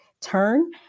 turn